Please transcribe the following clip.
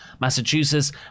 Massachusetts